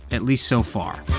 at least so far